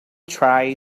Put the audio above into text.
try